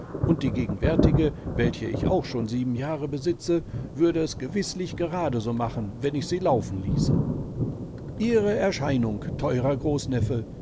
und die gegenwärtige welche ich auch schon sieben jahre besitze würde es gewißlich gerade so machen wenn ich sie laufen ließe ihre erscheinung teurer